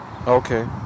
okay